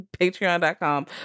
patreon.com